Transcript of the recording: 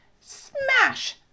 smash